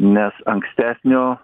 nes ankstesnio